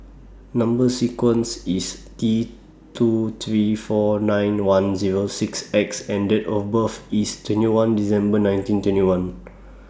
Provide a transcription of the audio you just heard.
Number sequence IS T two three four nine one Zero six X and Date of birth IS twenty one December nineteen twenty one